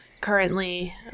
currently